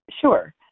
Sure